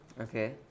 okay